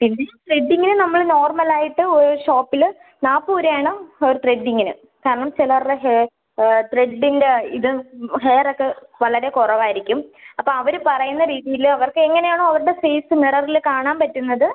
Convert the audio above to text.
പിന്നെ ത്രെഡിംഗിന് നമ്മള് നോർമൽ ആയിട്ട് ഒരു ഷോപ്പില് നാല്പത് രൂപ ആണ് ഒരു ത്രെഡിംഗിന് കാരണം ചിലരുടെ ഹെയർ ത്രെഡിൻ്റെ ഇത് ഹെയർ ഒക്കെ വളരെ കുറവായിരിക്കും അപ്പം അവര് പറയുന്ന രീതിയില് അവർക്ക് എങ്ങനെ ആണോ അവരുടെ ഫേസ് മിററില് കാണാൻ പറ്റുന്നത്